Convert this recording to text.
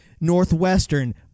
Northwestern